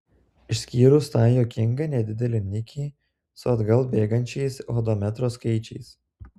išskyrus tą juokingą nedidelį nikį su atgal bėgančiais hodometro skaičiais